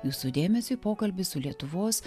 jūsų dėmesiui pokalbis su lietuvos